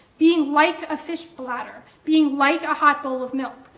being like a fish bladder. being like a hot bowl of milk.